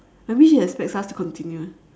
maybe she expects us to continue